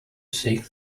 seek